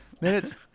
minutes